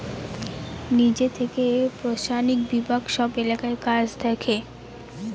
নিজে থেকে প্রশাসনিক বিভাগ সব এলাকার কাজ দেখে